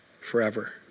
forever